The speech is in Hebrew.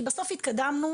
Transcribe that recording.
כי בסוף, התקדמנו